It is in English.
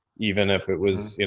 even if it was, you know,